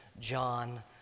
John